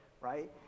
right